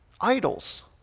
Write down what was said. idols